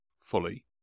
fully